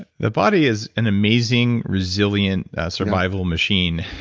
the body is an amazing, resilient survival machine,